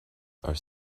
are